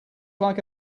like